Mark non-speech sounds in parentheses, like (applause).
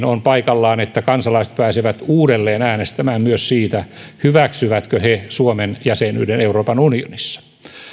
(unintelligible) on paikallaan että kansalaiset pääsevät uudelleen äänestämään myös siitä hyväksyvätkö he suomen jäsenyyden euroopan unionissa